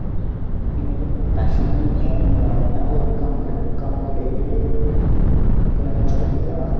इ'यां गै पैशन बनी गेदा मेरा में होर बी कम्म बड़े कम्म बड़े के कन्नै कन्नै स्टडी करा दा